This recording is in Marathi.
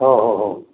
हो हो हो